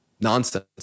nonsense